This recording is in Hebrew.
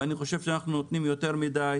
ואני חושב שאנחנו נותנים יותר מדיי